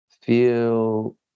feel